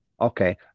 Okay